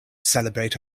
celebrate